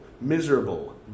miserable